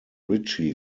richie